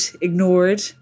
ignored